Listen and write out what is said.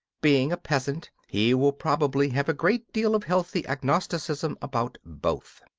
being a peasant he will probably have a great deal of healthy agnosticism about both.